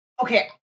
okay